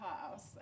house